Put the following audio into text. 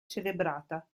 celebrata